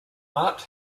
art